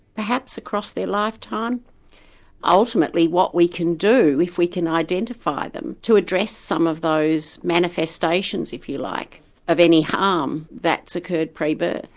perhaps across their lifetime ultimately what we can do, if we can identify them, to address some of those manifestations if you like of any harm that's occurred pre-birth.